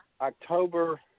October